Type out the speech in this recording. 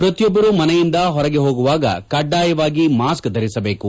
ಪ್ರತಿಯೊಬ್ಬರು ಮನೆಯಿಂದ ಹೊರಗೆ ಹೋಗುವಾಗ ಕಡ್ಡಾಯವಾಗಿ ಮಾಸ್ಕ್ ಧರಿಸಬೇಕು